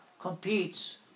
competes